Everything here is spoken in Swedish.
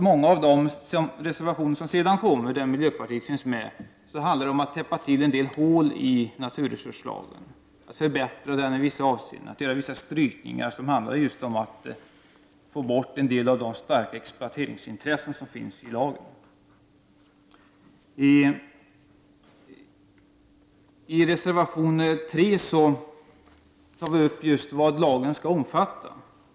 Många av de reservationer som miljöpartiet stöder handlar om olika sätt att täppa till en del hål i naturresurslagen, att förbättra den i vissa avseenden, att göra vissa strykningar som syftar till att få bort en del av de starka exploateringsintressen som finns i lagen. I reservation 3 tar vi upp frågan om vad lagen skall omfatta.